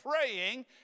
praying